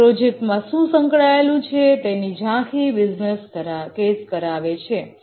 તેમને પ્રોજેક્ટમાં શું સંકળાયેલું છે તેનું ઓવરવ્યૂ આપે છે